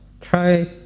try